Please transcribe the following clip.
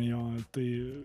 jo tai